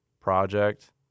project